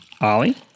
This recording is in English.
Ollie